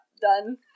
Done